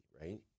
right